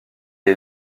est